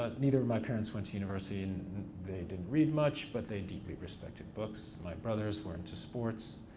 ah neither of my parents went to university and they didn't read much, but they deeply respected books. my brothers were into sports.